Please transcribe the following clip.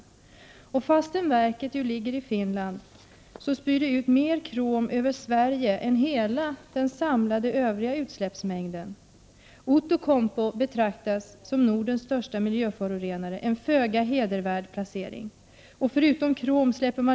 Trots att verket ligger i Finland 20 oktober 1988 spyr det ut mer krom över Sverige än hela den samlade övriga utsläppsmäng HE Om miljöproblemen den. Outokumpu betraktas som Nordens största miljöförorenare, en föga =. sn je 5 ä Zz S iu 4 inom Torneälvens ekohedervärd placering.